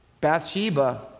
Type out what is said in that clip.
Bathsheba